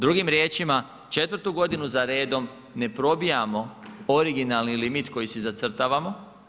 Drugim riječima, četvrtu godinu za redom ne probijamo originalni limit koji si zacrtavamo.